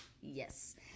Yes